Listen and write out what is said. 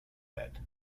that